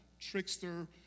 trickster